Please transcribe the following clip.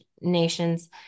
Nations